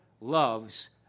loves